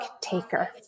taker